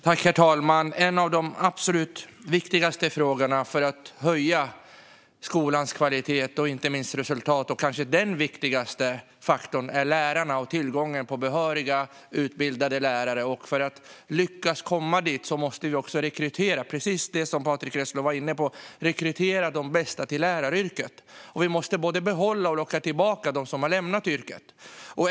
Herr talman! En av de absolut viktigaste frågorna för att höja skolans kvalitet och inte minst resultat, den kanske viktigaste faktorn, är lärarna och tillgången på behöriga utbildade lärare. För att lyckas måste vi - precis som Patrick Reslow var inne på - rekrytera de bästa till läraryrket. Vi måste behålla lärare och locka tillbaka dem som har lämnat yrket.